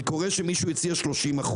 אני קורא שמישהו הציע 30%